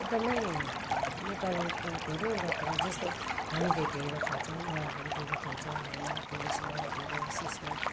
एकदमै नेपालको धेरैवटा कुरा जस्तो हामीले ढेँडो खान्छौँ उहाँहरूले पनि ढेँडो खान्छ हामी ढेँडोसँग ढेँडो सिस्नो